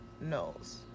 knows